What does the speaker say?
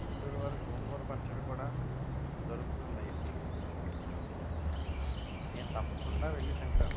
గుంటూరు వారి గోంగూర పచ్చడి కూడా దొరుకుతుంది అయితే సరే కానీ నేను తప్పకుండా వెళ్ళి తింటాను